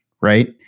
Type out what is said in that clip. right